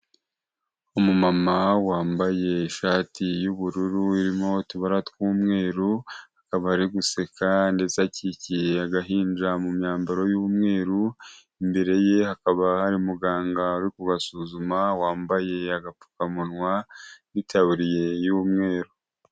Umumama wambaye ishati y'ubururu irimo utubara tw'umweru akaba ari guseka ndetse akikiye agahinja mu myambaro y'umweru, imbere ye hakaba hari umuganga uri kubasuzuma wambaye agapfukamunwa n'itaburiye y'umweru.